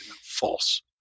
false